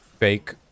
fake